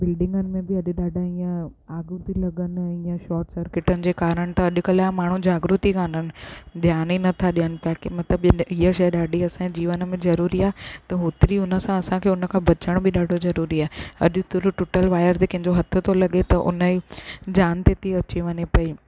बिल्डिंगनि में बि अॼु ॾाढा इअं आगू थी लॻनि इअं शॉट सर्कीटनि जे कारण त अॼुकल्ह जा माण्हू जागरुत ही काननि ध्यानु ही नथा ॾियनि ताकी मतलबु इहे शइ ॾाढी असांजे जीवन में ज़रूरी आहे त होतिरी हुन सां असांखे हुन खां बचाइण बि ॾाढो ज़रूरी आहे अॼु तुर टुटल वाएर ते कंहिंजो हथ थो लॻे त हुनजी जान ते थी अची वञे पेई